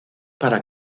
para